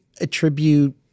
attribute